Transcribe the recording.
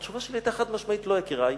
התשובה שלי היתה חד-משמעית: לא, יקירי,